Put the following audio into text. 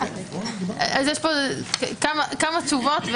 יש פה כמה תשובות,